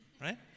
right